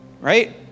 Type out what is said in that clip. Right